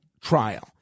trial